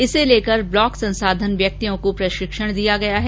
इसे लेकर ब्लॉक संसाधन व्यक्तियों को प्रषिक्षण दिया गया है